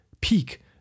peak